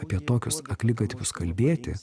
apie tokius akligatvius kalbėti